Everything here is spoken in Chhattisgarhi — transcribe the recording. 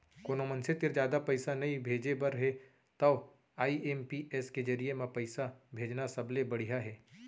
कोनो मनसे तीर जादा पइसा नइ भेजे बर हे तव आई.एम.पी.एस के जरिये म पइसा भेजना सबले बड़िहा हे